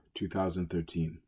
2013